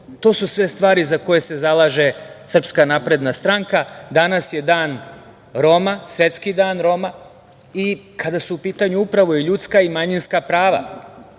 To su sve stvari za koje se zalaže SNS.Danas je dan Roma, Svetski dan Roma i kada su u pitanju upravo ljudska i manjinska prava.